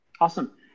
Awesome